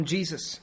Jesus